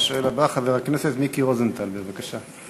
השואל הבא, חבר הכנסת מיקי רוזנטל, בבקשה.